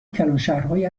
کلانشهرهایی